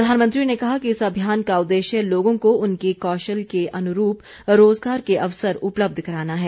प्रधानमंत्री ने कहा कि इस अभियान का उद्देश्य लोगों को उनके कौशल के अनुरूप रोजगार के अवसर उपलब्ध कराना है